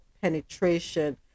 penetration